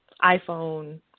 iPhone